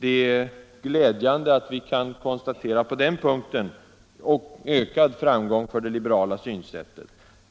Det är glädjande att vi på den punkten kan konstatera ökad framgång för det liberala synsättet.